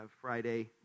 Friday